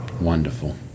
Wonderful